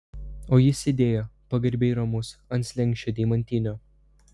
o jis sėdėjo pagarbiai ramus ant slenksčio deimantinio